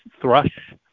thrush